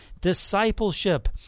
discipleship